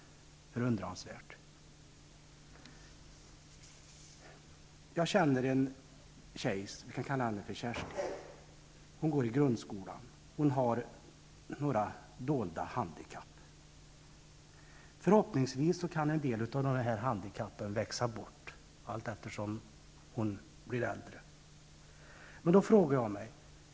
Förundransvärt! Jag känner en tjej, vi kan kalla henne Kerstin, som går i grundskolan och som har några dolda handikapp. Förhoppningsvis kan en del av dem växa bort allteftersom hon blir äldre.